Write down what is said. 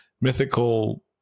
mythical